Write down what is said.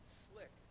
slick